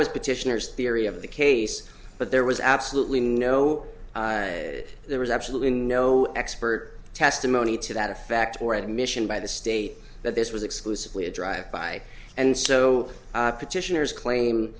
was petitioner's theory of the case but there was absolutely no there was absolutely no expert testimony to that effect or admission by the state that this was exclusively a drive by and so petitioners claim